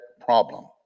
problem